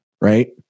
right